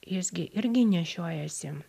jis gi irgi nešiojasi